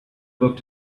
book